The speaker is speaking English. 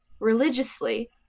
religiously